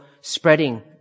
spreading